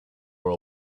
were